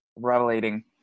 revelating